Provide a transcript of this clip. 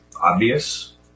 obvious